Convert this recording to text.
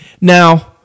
Now